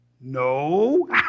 No